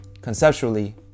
conceptually